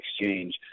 exchange